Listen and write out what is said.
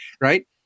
right